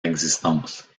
existence